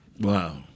Wow